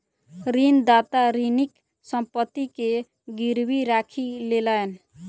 ऋणदाता ऋणीक संपत्ति के गीरवी राखी लेलैन